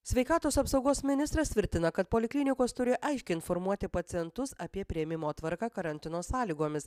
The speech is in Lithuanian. sveikatos apsaugos ministras tvirtina kad poliklinikos turi aiškiai informuoti pacientus apie priėmimo tvarką karantino sąlygomis